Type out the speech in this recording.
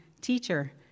teacher